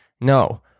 No